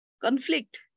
conflict